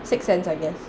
sixth sense I guess